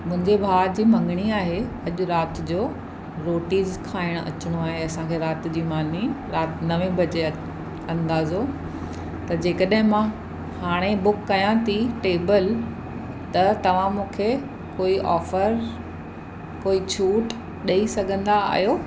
मुंहिंजे भाउ जी मङिणी आहे अॼु राति जो रोटी खाइणु अचणो आहे असांखे राति जी मानी राति नवे बजे अंदाज़ो त जेकॾहिं मां हाणे बुक कयां थी टेबल त तव्हां मूंखे कोई ऑफर कोई छूटि ॾेई सघंदा आहियो